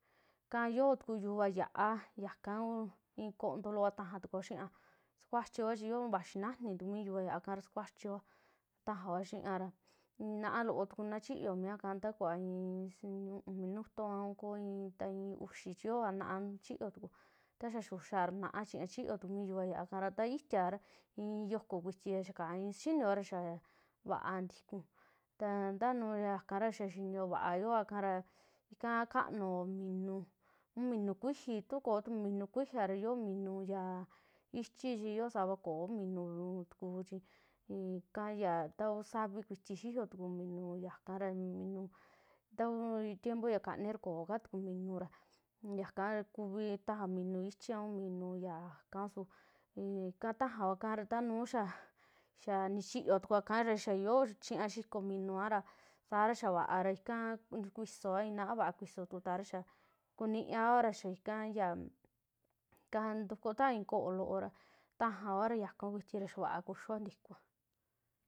Ikaa yoo tuku yuvaa ya'a, yaka kuu i'i kontoo loova tajaa tukuo xiia, sukuachioa chi yoo vaxii najaani tuku mi yuvaa ya'a ka, ra sakuachioa, tajaoa xi'ia ra, naaloo na chiyoo mi ya ika nta kuvaa i'i xi u'un minuto. a koo i'i ta kuva i'i uxii, chi yooa naa chio tukuu, ta xaa xuxaa ra na'a chiyoo tuku mi yuvaa ya'a kara, ta itiaa i'i yokoo kuiti ra, ya ka ii saxinuoa xaa vaa ntikuu, ta nuu ikaa ra xaa xinio vaa kuaa ika ra, ika kanuoo minuu, minuu kuijii, tu kootu minuu kijiiara, yoo minuu ya ichii chi yoo savara koo minuu ntikuu chi un ika ta kuu savii kuitii tuku xiyoo minuu yakara, ta kuu tiempo ya kanii koo ka tukuu minuu ra yakaa kuivii tajaao minuu ichii, a un minuu ya ika suu, ikaa tajaaoa ika, ta nuu xaa, xaa ni chiyoo tukua ikara, xaa yoo chiñaa xikoo minuu kara, saraa xa vaa, ikaa kuisooa i'i naa vaa kuiso tukutara xaa kunioara xaa ikaa yaa, ka ntukuo ta i'i ko'o loora tajaora ya yakuakuiti ra xaa vaa kuxiio ntikuu.